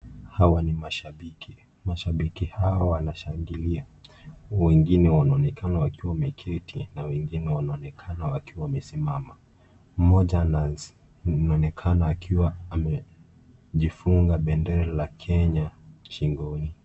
Hawa ni mashabiki. Mashabiki hawa wanashangilia. Wengine wanaonekana wakiwa wameketi na wengine wanaonekana wakiwa wamesimama. Mmoja anaonekana akiwa amejifunga bendera la Kenya shingoni.